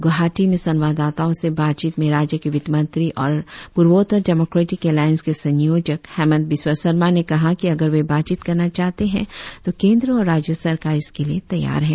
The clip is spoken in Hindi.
ग्रआहाटी में संवाददाताओं से बातचीत में राज्य के वित्त मंत्री और पूर्वो त्तर डेमोक्रेटिक एलायंस के संयोजक हेमंत बिस्व सरमा ने कहा कि अगर वे बातचीत करना चाहते हैं तो केंद्र और राज्य सरकार इसके लिए तैयार है